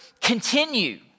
continue